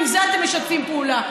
ועם זה אתם משתפים פעולה.